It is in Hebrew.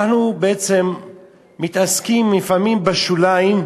אנחנו בעצם מתעסקים לפעמים בשוליים,